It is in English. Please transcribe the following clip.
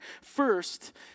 First